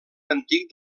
antic